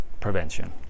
prevention